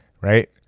right